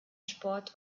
sport